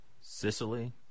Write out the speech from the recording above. Sicily